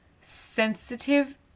sensitive